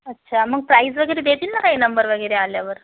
अच्छा मग प्राईज वगैरे देतील नं काही नंबर वगैरे आल्यावर